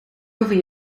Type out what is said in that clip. over